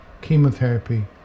chemotherapy